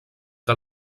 que